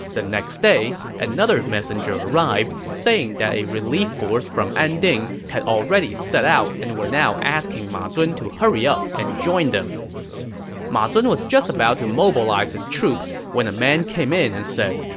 the next day, another messenger arrived, saying that a relief force from anding had already set out and were now asking ma zun to hurry up and join them ma zun was just about to mobilize his troops when a man came in and said,